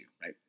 right